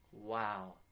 Wow